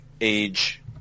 Age